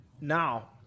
now